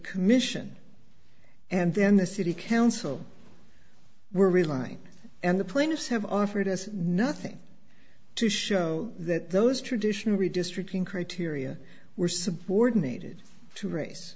commission and then the city council we're relying and the plaintiffs have offered as nothing to show that those traditional redistricting criteria were subordinated to race